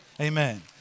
Amen